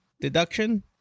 deduction